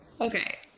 Okay